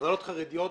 מכללות חרדיות.